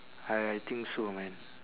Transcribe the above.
I think so man